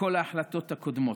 מכל ההחלטות הקודמות.